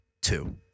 two